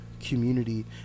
community